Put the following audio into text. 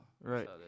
Right